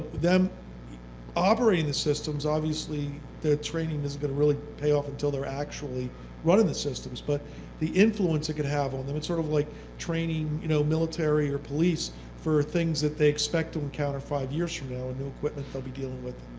them operating the systems, obviously the training isn't going to really pay off until they are actually running the systems, but the influence it could have, and sort of like training you know military or police for things that they expect to encounter five years from now and new equipment they'll be dealing with.